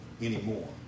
anymore